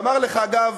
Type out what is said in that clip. ואמר לך, אגב,